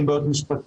עם בעיות משפטיות.